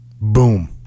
boom